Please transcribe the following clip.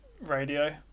Radio